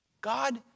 God